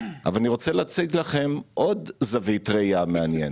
אבל אני רוצה להציג לכם עוד זווית ראייה מעניינת.